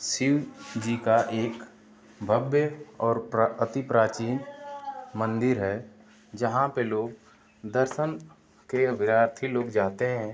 शिव जी का एक भव्य और प्रा अति प्राचीन मंदिर है जहाँ पर लोग दर्शन के अभिलाषी लोग जाते हैं